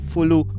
Follow